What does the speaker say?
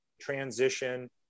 transition